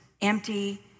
empty